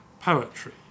poetry